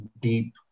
deep